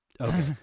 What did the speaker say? Okay